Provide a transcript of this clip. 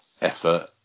effort